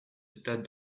stade